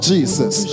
Jesus